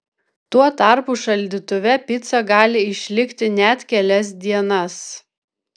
tuo tarpu šaldytuve pica gali išlikti net kelias dienas